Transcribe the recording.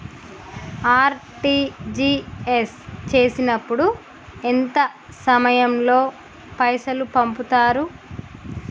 RTGS చేసినప్పుడు ఎంత సమయం లో పైసలు పంపుతరు?